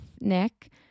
Nick